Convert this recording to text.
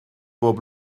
pob